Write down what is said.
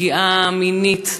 לפגיעה מינית.